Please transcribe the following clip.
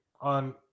on